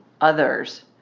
others